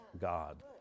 God